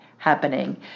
Happening